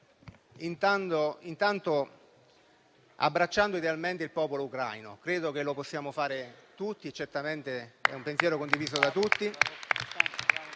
intervento abbracciando idealmente il popolo ucraino. Credo che lo possiamo fare tutti e certamente questo è un pensiero condiviso da tutti.